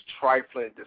trifling